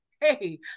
hey